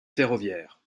ferroviaires